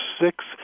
six